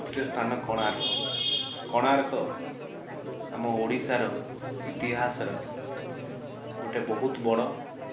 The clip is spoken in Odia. ତୃତୀୟ ସ୍ଥାନ କୋଣାର୍କ କୋଣାର୍କ ଆମ ଓଡ଼ିଶାର ଇତିହାସର ଗୋଟେ ବହୁତ ବଡ଼